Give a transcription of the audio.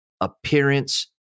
appearance